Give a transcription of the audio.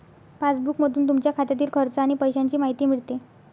पासबुकमधून तुमच्या खात्यातील खर्च आणि पैशांची माहिती मिळते